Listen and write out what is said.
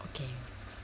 okay